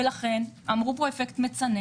ולכן אמרו פה אפקט מצנן